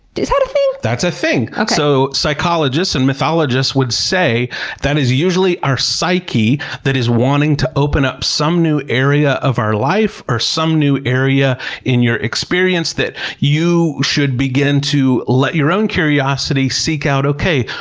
is that a thing? yes, that's a thing! so psychologists and mythologist would say that is usually our psyche that is wanting to open up some new area of our life, or some new area in your experience that you should begin to let your own curiosity seek out. like, okay,